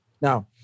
Now